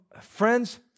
Friends